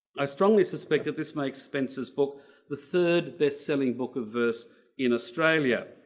i strongly suspect that this makes spencer's book the third best-selling book of verse in australia.